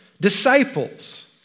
disciples